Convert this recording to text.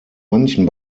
manchen